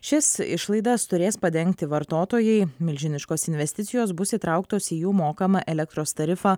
šias išlaidas turės padengti vartotojai milžiniškos investicijos bus įtrauktos į jų mokamą elektros tarifą